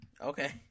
Okay